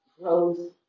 rose